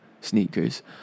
sneakers